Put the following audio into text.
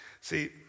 See